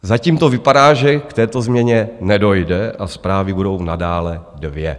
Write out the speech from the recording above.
Zatím to vypadá, že k této změně nedojde a zprávy budou nadále dvě.